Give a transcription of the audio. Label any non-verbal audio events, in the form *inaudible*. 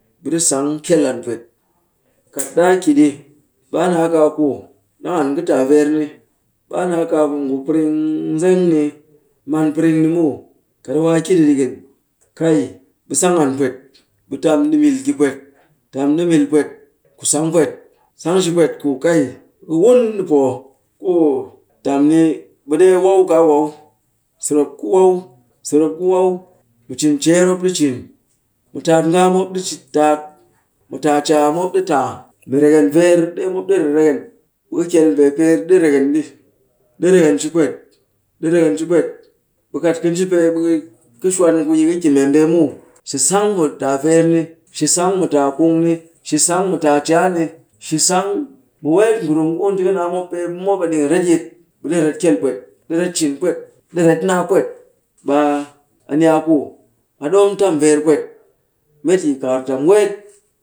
Ɓe ɗi sangkyel an pwet. Kat ɗaa ki ɗi, ɓe a naa kaaku ɗang an kɨ taa veer ni, ɓe a naa kaaku ngu piring *hesitation* nzeng ni man piring ni muw. Kat a waa a ki ɗi ɗikin, *unintelligible* ɓe sang an pwet. Ɓe tam ɗi ɓil ki pwet, ku sang pwet. Sang yi pwet ku kai, ku wun nipoo ku tam ni, ɓe ɗee wau kaa wau. Sɨrop ku wau, sɨrop ku wau, mu cin ceer mop ɗi cin mop ɗi cin. Mu taat ngaam mop ɗi ch-taat, mu taa caa mop ɗi taa. Mu reken veer ɗee mop ɗi rireken. Ɓe ka kyel pee veer ɗi reken ɗi. Ɗi reken shipwet, ɗi reken shipwet. Ɓe kat ka nji pee, ɓe *hesitation* ka shwan ku yi ka ki membee muw. Shi sang mu taa veer ni, shi sang mu taa knnug ni, shi sang mu taa caa ni, shi sang mu weet ngurum ku ka nji ka naa mop pee, ɓe mop a ɗikin retyit. Ɓe ɗi ret kyel pwet, ɗi ret cin pwet, ɗi ret naa pwet. Ɓe a, a ni a ku a ɗom tam veer pwet met yi kakar tam weet.